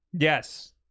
Yes